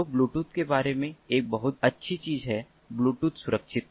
तो ब्लूटूथ के बारे में एक बहुत अच्छी चीज है ब्लूटूथ सुरक्षित है